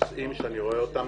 נושאים שאני רואה אותם